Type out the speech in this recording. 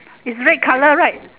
it's red colour right